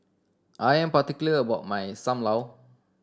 I am particular about my Sam Lau